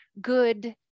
good